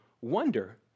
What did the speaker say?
wonder